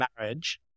marriage